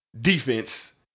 defense